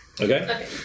Okay